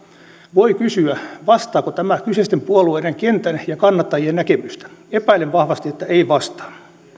voi kysyä vastaako tämä kyseisten puolueiden kentän ja kannattajien näkemystä epäilen vahvasti että ei vastaa